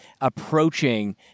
approaching